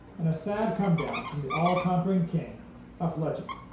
and a sad comedown from the all-conquering king of legend.